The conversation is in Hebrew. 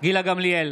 גילה גמליאל,